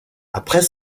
après